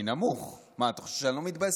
תודה רבה.